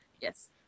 Yes